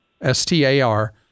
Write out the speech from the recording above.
S-T-A-R